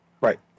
Right